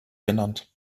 genannt